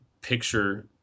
picture